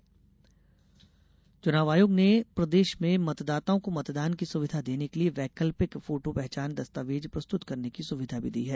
मतदान फोटो चुनाव आयोग ने प्रदेश में मतदाताओ को मतदान की सुविधा देने के लिए वैकल्पिक फोटो पहचान दस्तावेज प्रस्तुत करने की सुविधा भी दी है